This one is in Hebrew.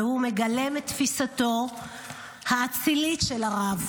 והוא מגלם את תפיסתו האצילית של הרב.